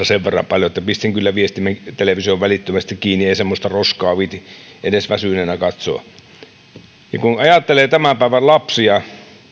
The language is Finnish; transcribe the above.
sen verran paljon että pistin kyllä television välittömästi kiinni ei semmoista roskaa viitsi edes väsyneenä katsoa kun ajattelee tämän päivän lapsia